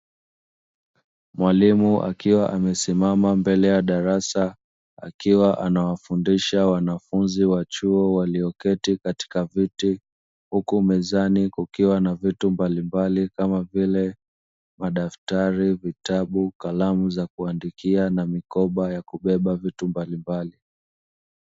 Mwalimu akiwa amesimama mbele ya darasa, akiwa anawafundisha wanafunzi wa chuo walioketi katika, viti huku mezani kukiwa na vitu mbalimbali kama vile madaftari vitabu kalamu za kuandikia na mikoba ya kubeba vitu mbalimbali.